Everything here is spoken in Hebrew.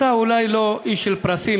אתה אולי לא איש של פרסים,